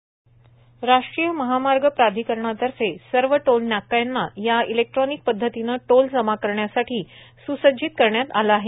रा ट्रीय महामार्ग प्राथिकरणातर्फे सर्व दोल नाक्यांना या इलेक्ट्रॉनिक पद्धतीनं टोल जमा करण्यासाठी सुसञ्जित करण्यात आलं आहे